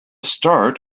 start